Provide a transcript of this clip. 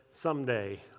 someday